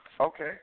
Okay